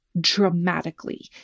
dramatically